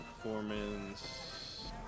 Performance